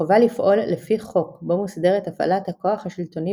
החובה לפעול לפי חוק בו מוסדרת הפעלת הכוח השלטוני